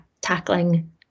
tackling